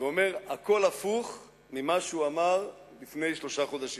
ואומר הכול הפוך ממה שאמר לפני שלושה חודשים.